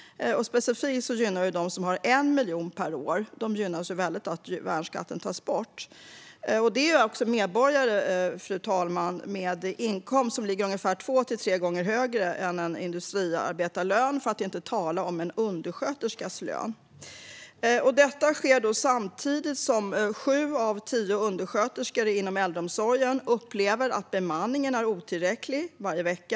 Specifikt gynnar det dem som tjänar 1 miljon per år. De gynnas väldigt av att värnskatten tas bort. Detta är medborgare med en inkomst som ligger två tre gånger högre än en industriarbetarlön - för att inte tala om en undersköterskas lön. Detta sker samtidigt som sju av tio undersköterskor inom äldreomsorgen upplever att bemanningen är otillräckligt varje vecka.